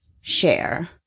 share